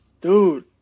dude